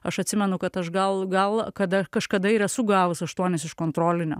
aš atsimenu kad aš gal gal kada kažkada ir esu gavus aštuonis iš kontrolinio